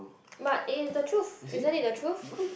but it is the truth isn't it the truth